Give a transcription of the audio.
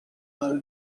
i’ll